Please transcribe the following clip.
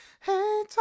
Hey